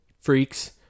freaks